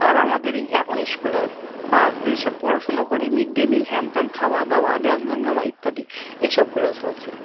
আর আমাদের এই এখন ইস্কুলে বা যেসব পড়াশুনো করি মিড ডে মিল হ্যান তেন খাওয়া দাওয়া ড্যান্স হাঙ্গামা ইত্যাদি এই সবগুলো চলছে